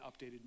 updated